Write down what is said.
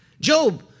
Job